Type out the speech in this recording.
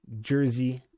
Jersey